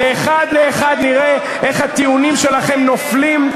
ואחד לאחד נראה איך הטיעונים שלכם נופלים,